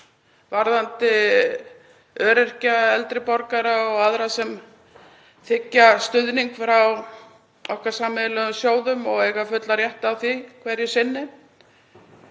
varðandi öryrkja, eldri borgara og aðra sem þiggja stuðning frá okkar sameiginlegu sjóðum og eiga fullan rétt á því hverju sinni.